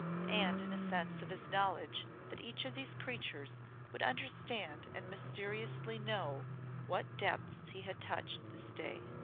and in a sense of his knowledge that each of these creatures would understand and mysteriously know what depths he had touched this day.